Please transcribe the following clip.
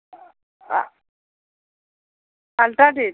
ultra tech